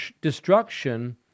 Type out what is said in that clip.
destruction